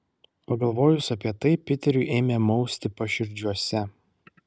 pagalvojus apie tai piteriui ėmė mausti paširdžiuose